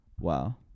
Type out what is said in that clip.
Wow